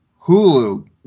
Hulu